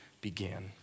began